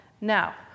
Now